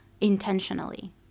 intentionally